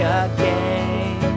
again